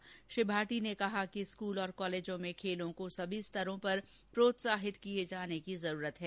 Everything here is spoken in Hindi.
समारोह में श्री भाटी ने कहा कि स्कूल और कॉलेज में खेलों को सभी स्तरों पर प्रोत्साहित किए जाने की जरूरत है